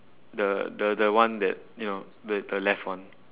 the the the one that you know the the left one